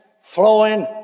flowing